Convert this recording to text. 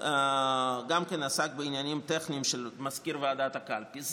גם כן עסק בעניינים טכניים של מזכיר ועדת הקלפי.